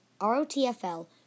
R-O-T-F-L